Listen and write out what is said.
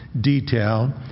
detail